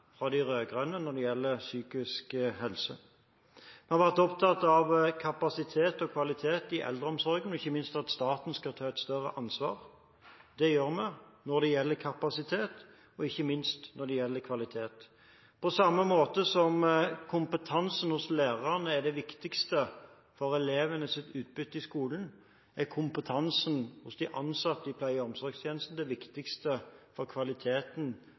fra de rød-grønne når det gjelder psykisk helse. Vi har vært opptatt av kapasitet og kvalitet i eldreomsorgen, og ikke minst av at staten skal ta et større ansvar. Det gjør vi når det gjelder kapasitet, og ikke minst når det gjelder kvalitet. På samme måte som kompetansen hos lærerne er det viktigste for elevenes utbytte i skolen, er kompetansen hos de ansatte i pleie- og omsorgstjenesten det viktigste for kvaliteten